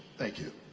thank you.